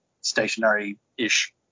stationary-ish